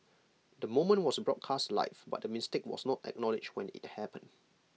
the moment was broadcast live but the mistake was not acknowledged when IT happened